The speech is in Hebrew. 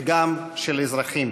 וגם של אזרחים: